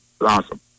awesome